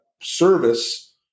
service